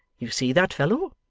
you see that fellow?